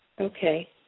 Okay